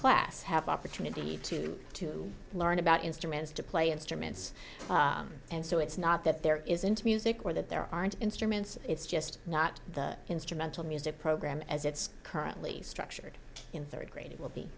class have the opportunity to to learn about instruments to play instruments and so it's not that there isn't a music or that there aren't instruments it's just not the instrumental music program as it's currently structured in third grade will be